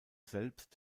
selbst